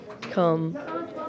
come